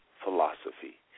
philosophy